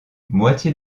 moitié